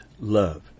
love